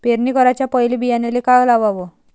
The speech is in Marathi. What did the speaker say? पेरणी कराच्या पयले बियान्याले का लावाव?